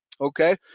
okay